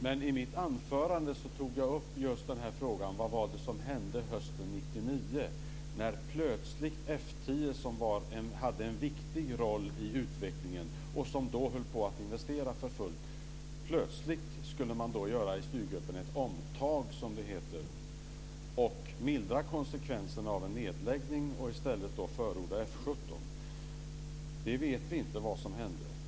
Men i mitt anförande tog jag upp just frågan om vad det var som hände hösten 1999. Då hände det plötsligt något med F 10, som hade en viktig roll i utvecklingen och som då höll på att investera för fullt. Plötsligt skulle man då i styrgruppen göra ett omtag, som det heter. Man skulle mildra konsekvenserna av en nedläggning och i stället förorda F 17. Vi vet inte vad som hände.